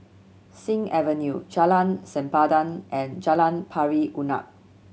Sing Avenue Jalan Sempadan and Jalan Pari Unak